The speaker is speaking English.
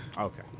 Okay